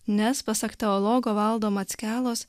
nes pasak teologo valdo mackelos